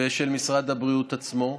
ושל משרד הבריאות עצמו,